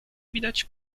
widać